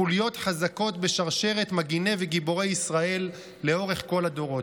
חוליות חזקות בשרשרת מגיני וגיבורי ישראל לאורך כל הדורות.